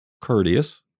courteous